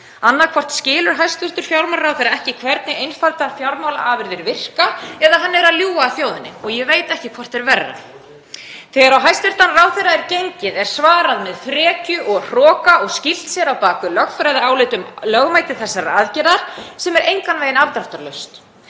Annaðhvort skilur hæstv. fjármálaráðherra ekki hvernig einfaldar fjármálaafurðir virka eða hann er að ljúga að þjóðinni og ég veit ekki hvort er verra. Þegar á hæstv. ráðherra er gengið er svarað með frekju og hroka og skýlt sér á bak við lögfræðiálit um lögmæti þessarar aðgerðar sem er engan veginn afdráttarlaust.